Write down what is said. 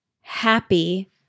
happy